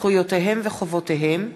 זכויותיהם וחובותיהם (תיקון,